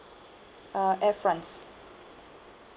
uh air france